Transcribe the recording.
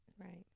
Right